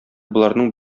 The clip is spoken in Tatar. боларның